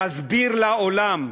להסביר לעולם.